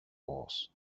was